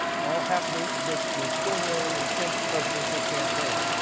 all happening in this an extraordinarily intense presidential campaign.